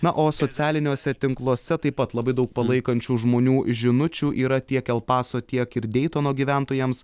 na o socialiniuose tinkluose taip pat labai daug palaikančių žmonių žinučių yra tiek el paso tiek ir deitono gyventojams